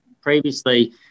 previously